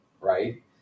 right